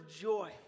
joy